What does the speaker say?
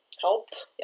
helped